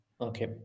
Okay